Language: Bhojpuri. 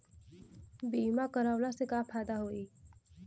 बीमा करवला से का फायदा होयी?